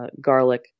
garlic